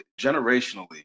generationally